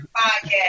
podcast